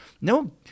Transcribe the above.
no